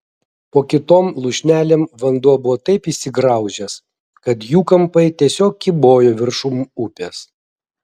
po kitom lūšnelėm vanduo buvo taip įsigraužęs kad jų kampai tiesiog kybojo viršum upės